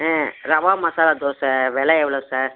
ஆ ரவா மசாலா தோசை வில எவ்வளோ சார்